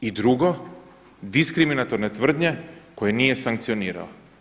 I drugo, diskriminatorne tvrdnje koje nije sankcionirao.